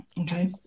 Okay